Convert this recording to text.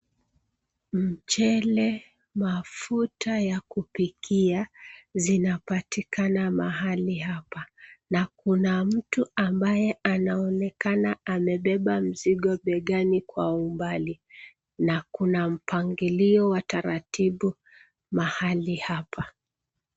Mchele, mafuta ya kupikia, zinapatikana mahali hapa na kuna mtu ambaye anaonekana amebeba mzigo begani kwa umbali, na kuna mpangilio wa utaratibu mahali hapa.